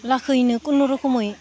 लाखैनो खुनुरुखुमै